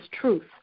truth